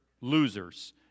losers